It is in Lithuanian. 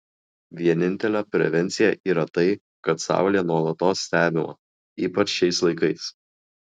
vienintelė prevencija yra tai kad saulė nuolatos stebima ypač šiais laikais